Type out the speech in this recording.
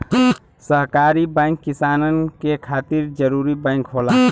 सहकारी बैंक किसानन के खातिर जरूरी बैंक होला